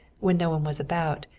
when no one was about,